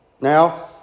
Now